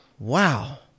Wow